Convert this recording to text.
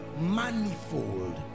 manifold